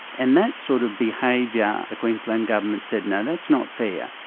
and that sort of behaviour, yeah the queensland government said no, that's not fair,